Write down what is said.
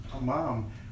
mom